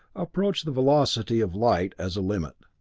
approach the velocity of light as a limit.